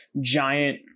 giant